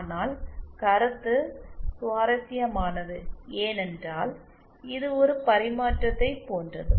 ஆனால் கருத்து சுவாரஸ்யமானது ஏனென்றால் இது ஒரு பரிமாற்றத்தைப் போன்றது